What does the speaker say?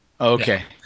Okay